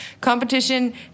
Competition